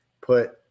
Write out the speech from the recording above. put